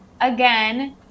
again